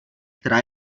která